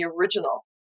original